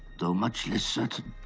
though much less certain,